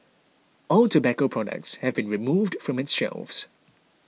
all tobacco products have been removed from its shelves